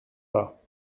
pas